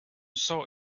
saw